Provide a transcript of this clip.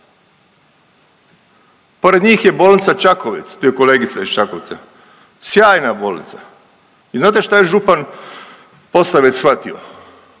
Pored njih je bolnica Čakovec, tu je kolegica iz Čakovca, sjajna bolnica i znate šta je župan Posavec shvatio?